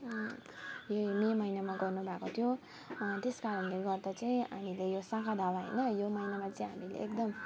यही मे महिनामा गर्नुभएको थियो त्यस कारणले गर्दा चाहिँ हामीले यो सागादावा होइन यो महिनामा चाहिँ हामीले एकदम